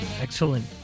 Excellent